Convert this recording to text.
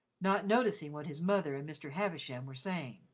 not noticing what his mother and mr. havisham were saying.